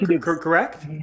correct